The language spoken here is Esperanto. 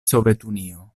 sovetunio